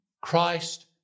Christ